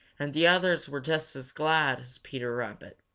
and the others were just as glad as peter rabbit.